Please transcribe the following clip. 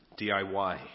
DIY